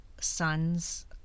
son's